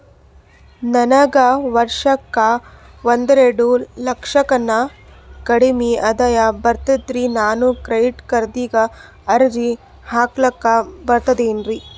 ನನಗ ವರ್ಷಕ್ಕ ಒಂದೆರಡು ಲಕ್ಷಕ್ಕನ ಕಡಿಮಿ ಆದಾಯ ಬರ್ತದ್ರಿ ನಾನು ಕ್ರೆಡಿಟ್ ಕಾರ್ಡೀಗ ಅರ್ಜಿ ಹಾಕ್ಲಕ ಬರ್ತದೇನ್ರಿ?